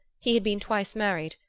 he had been twice married,